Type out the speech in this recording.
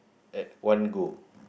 at one go